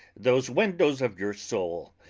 those windows of your soul,